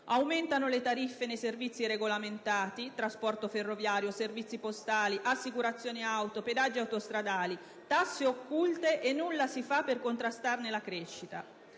Aumentano le tariffe nei servizi regolamentati, trasporto ferroviario, servizi postali, assicurazioni auto, pedaggi autostradali: sono vere e proprie tasse occulte e nulla si fa per contrastarne la crescita.